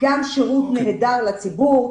גם שירות נהדר לציבור,